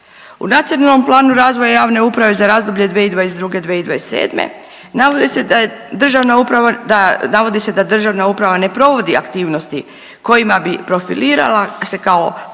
U Nacionalnom planu razvoja javne uprave za razdoblje 2022.-2027. navodi se da je državna uprava, navodi se da državna uprava ne provodi aktivnosti kojima bi profilirala se kao poželjan